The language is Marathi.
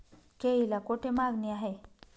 केळीला कोठे मागणी आहे?